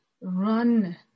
run